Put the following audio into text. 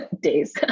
days